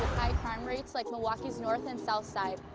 high crime rates, like milwaukee's north and south side.